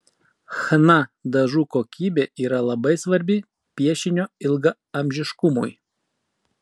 chna dažų kokybė yra labai svarbi piešinio ilgaamžiškumui